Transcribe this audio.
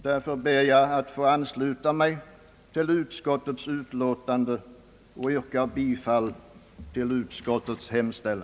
Därför ber jag att få ansluta mig till utskottets utlåtande och yrkar bifall till detsamma.